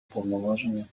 повноваження